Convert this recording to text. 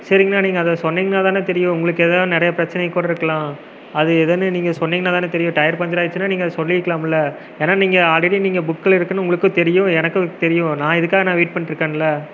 சரிங்ணா நீங்கள் அதை சொன்னிங்னா தானே தெரியும் உங்களுக்கு எதாது நிறையா பிரச்சினைக் கூடருக்கலாம் அது எதுன்னு நீங்கள் சொன்னிங்னா தானே தெரியும் டயர் பஞ்சர் ஆயிருச்சினா நீங்கள் அதை சொல்லியிருக்கலாம்ல ஏன்னால் நீங்கள் ஆல்ரெடி நீங்கள் புக்கில் இருக்குனு உங்களுக்கும் தெரியும் எனக்கும் தெரியும் நான் இதுக்காக நான் வெயிட் பண்ணிட்ருக்கன்ல